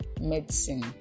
medicine